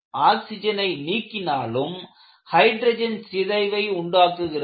இது ஆக்சிஜனை நீக்கினாலும் ஹைட்ரஜன் சிதைவை உண்டாக்குகிறது